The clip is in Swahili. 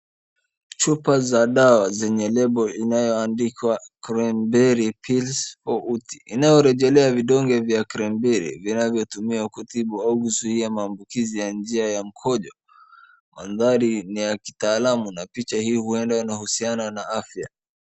Chupa za dawa zenye lebo inayoandikwa cranberry pills for UTI inayorejelea vidonge vya cranberry vinavyotumiwa kutibu au kuzuia maambukizi ya njia ya mkojo. Mandhari ni ya kitaalamu na picha hii ueda inahusiana na afya.